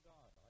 God